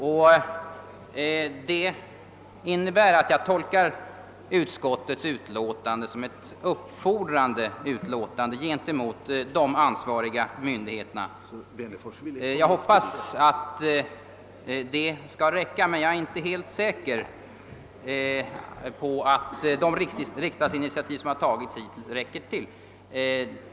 Jag tolkar därför utskottets utlåtande som uppfordrande gentemot de ansvariga myndigheterna. Jag hoppas — men är inte helt säker på — att de riksdagsinitiativ som har tagits hittills räcker till.